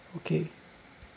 okay